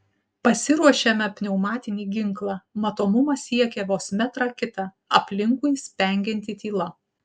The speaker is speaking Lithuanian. pasiruošiame pneumatinį ginklą matomumas siekia vos metrą kitą aplinkui spengianti tyla